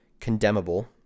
condemnable